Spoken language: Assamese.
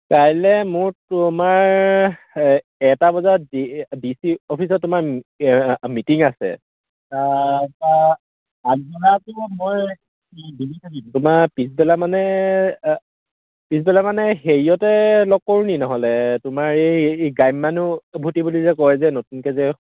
কাইলৈ মোৰ তোমাৰ এটা বজাত ডি ডি চি অফিচত তোমাৰ মিটিং আছে মই তোমাৰ পিছবেলা মানে পিছবেলা মানে হেৰিয়তে লগ কৰোনি নহ'লে তোমাৰ এই এই গ্ৰাম্য়ানুভূতি বুলি যে কয় যে নতুনকৈ যে